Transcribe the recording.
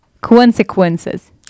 Consequences